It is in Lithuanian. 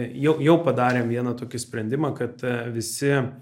jau jau padarėm vieną tokį sprendimą kad visi